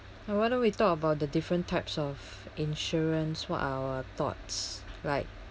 and why don't we talk about the different types of insurance what are our thoughts like